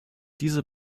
diese